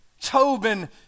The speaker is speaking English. Tobin